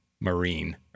marine